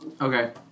Okay